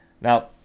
Now